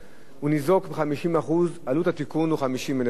הוא ניזוק ב-50%, עלות התיקון היא 50,000 שקל.